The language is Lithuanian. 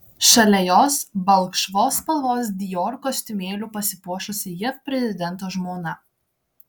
šalia jos balkšvos spalvos dior kostiumėliu pasipuošusi jav prezidento žmona